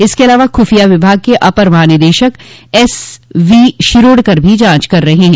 इसके अलावा खुफिया विभाग के अपर महानिदेशक एस वी शिरोडकर भी जांच कर रहे हैं